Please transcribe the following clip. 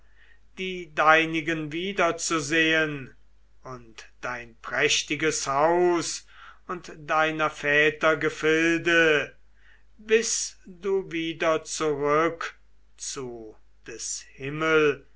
die deinigen wiederzusehen und dein prächtiges haus und deiner väter gefilde bis du wieder zurück zu des